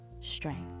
strength